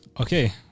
Okay